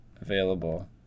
available